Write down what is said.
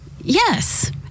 Yes